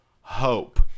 hope